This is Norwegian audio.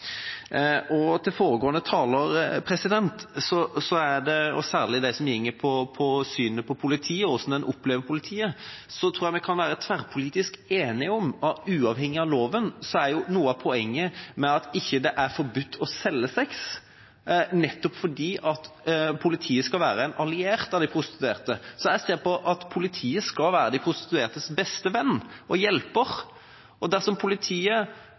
Til foregående taler og særlig det som går på synet på politiet, og hvordan en opplever politiet: Jeg tror vi kan være tverrpolitisk enige om at uavhengig av loven er noe av poenget med at det ikke er forbudt å selge sex, at politiet skal være en alliert av de prostituerte. Jeg ser det slik at politiet skal være de prostituertes beste venn og hjelper. Dersom politiet opptrer på en annen måte, er det et problem som også justisministeren må være opptatt av og ta tak i, for politiet